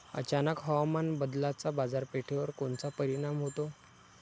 अचानक हवामान बदलाचा बाजारपेठेवर कोनचा परिणाम होतो?